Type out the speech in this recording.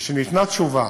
משניתנה תשובה,